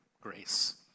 Grace